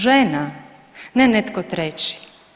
Žena ne netko treći.